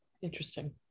Interesting